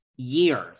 Years